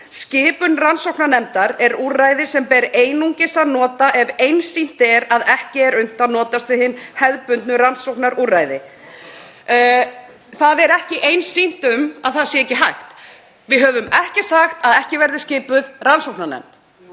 „Skipun rannsóknarnefndar er úrræði sem ber einungis að nota ef einsýnt er að ekki er unnt að notast við hin hefðbundnu rannsóknarúrræði.“ Það er ekki einsýnt um að það sé ekki hægt. Við höfum ekki sagt að ekki verði skipuð rannsóknarnefnd.